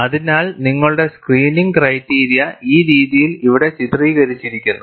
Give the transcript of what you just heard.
അതിനാൽ നിങ്ങളുടെ screening criteria ഈ രീതിയിൽ ഇവിടെ ചിത്രീകരിച്ചിരിക്കുന്നു